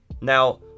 Now